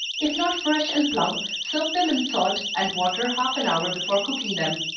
if not fresh and plump, soak them in salt and water half an hour before cooking them.